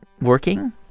working